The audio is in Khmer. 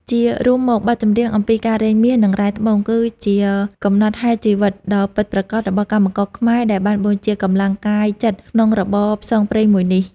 ជារួមមក បទចម្រៀងអំពីការរែងមាស និងរ៉ែត្បូង គឺជាកំណត់ហេតុជីវិត ដ៏ពិតប្រាកដរបស់កម្មករខ្មែរដែលបានបូជាកម្លាំងកាយចិត្តក្នុងរបរផ្សងព្រេងមួយនេះ។